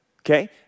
okay